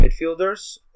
midfielders